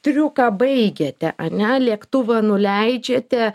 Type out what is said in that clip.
triuką baigėte ane lėktuvą nuleidžiate